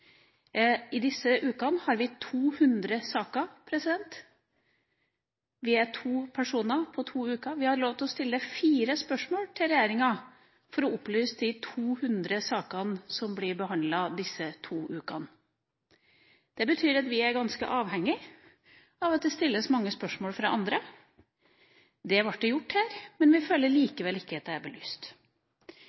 i disse to ukene har vi 200 saker. Vi er to personer, og på to uker har vi lov til å stille fire spørsmål til regjeringa for å opplyse de 200 sakene som blir behandlet disse to ukene. Det betyr at vi er ganske avhengig av at det stilles mange spørsmål fra andre. Det ble det gjort her, men vi føler likevel ikke at det er belyst. Jeg må si at jeg er